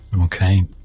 okay